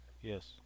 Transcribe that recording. Yes